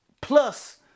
plus